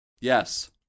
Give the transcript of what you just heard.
Yes